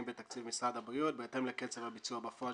בתקציב משרד הבריאות בהתאם לקצב הביצוע בפועל.